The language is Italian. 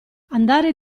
andare